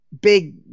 big